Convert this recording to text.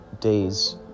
days